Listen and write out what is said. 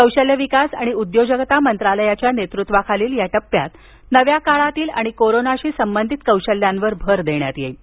कौशल्य विकास आणि उद्योजकता मंत्रालयाच्या नेतृत्वाखालील या टप्प्यात नव्या काळातील आणि कोरोनाशी संबंधित कौशल्यांवर भर देण्यात येईल